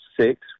six